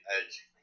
Edge